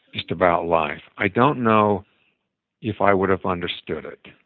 just about life, i don't know if i would have understood it.